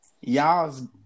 y'all's